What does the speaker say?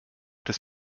des